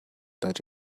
that